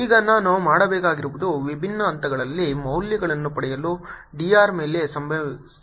ಈಗ ನಾನು ಮಾಡಬೇಕಾಗಿರುವುದು ವಿಭಿನ್ನ ಹಂತಗಳಲ್ಲಿ ಮೌಲ್ಯಗಳನ್ನು ಪಡೆಯಲು d r ಮೇಲೆ ಸಂಯೋಜಿಸುವುದು